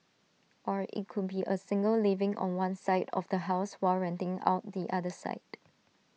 or IT could be A single living on one side of the house while renting out the other side